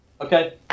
okay